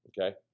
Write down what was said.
Okay